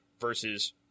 versus